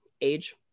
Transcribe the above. age